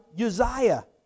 Uzziah